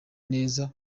neza